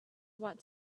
want